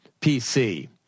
PC